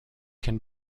can